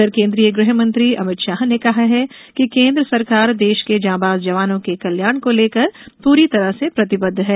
उधर केन्द्रीय गृहमंत्री अमित शाह ने कहा है कि केन्द्र सरकार देश के जांबाज जवानों के कल्याण को लेकर पूरी तरह से प्रतिबद्ध है